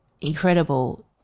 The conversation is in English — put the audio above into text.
incredible